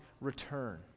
return